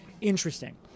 Interesting